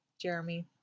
Jeremy